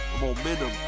momentum